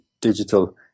digital